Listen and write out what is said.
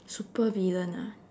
supervillain ah